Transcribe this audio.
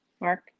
Mark